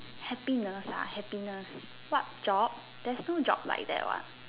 happiness happiness what job there's no job like that what